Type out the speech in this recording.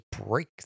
break